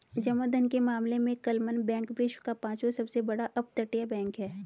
जमा धन के मामले में क्लमन बैंक विश्व का पांचवा सबसे बड़ा अपतटीय बैंक है